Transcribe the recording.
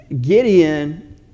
Gideon